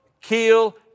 kill